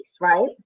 right